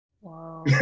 Wow